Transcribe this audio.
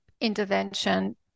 intervention